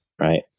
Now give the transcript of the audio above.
right